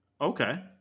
Okay